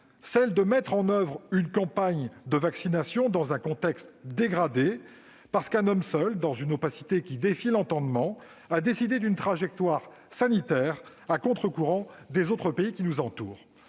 dans la mise en oeuvre de la campagne de vaccination, dans un contexte dégradé, parce qu'un homme seul, dans une opacité qui défie l'entendement, a décidé d'une trajectoire sanitaire à contre-courant des pays qui nous entourent.